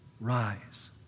rise